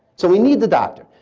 so we need the doctor.